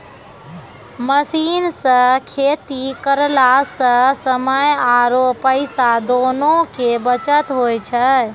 machine सॅ खेती करला स समय आरो पैसा दोनों के बचत होय छै